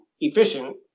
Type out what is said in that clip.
efficient